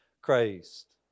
Christ